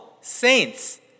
saints